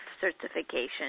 certification